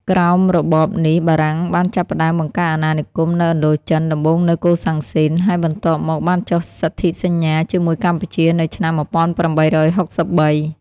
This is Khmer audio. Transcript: ក្រោមរបបនេះ បារាំងបានចាប់ផ្តើមបង្កើតអាណានិគមនៅឥណ្ឌូចិន ដំបូងនៅកូសាំងស៊ីន ហើយបន្ទាប់មកបានចុះសន្ធិសញ្ញាជាមួយកម្ពុជានៅឆ្នាំ ១៨៦៣។